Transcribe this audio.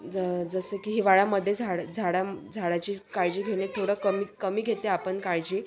ज जसं की हिवाळ्यामध्ये झाड झाडा झाडाची काळजी घेणे थोडं कमी कमी घेते आपण काळजी